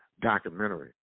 documentary